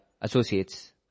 associates